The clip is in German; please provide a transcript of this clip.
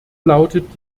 lautet